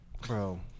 Bro